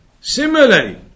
Similarly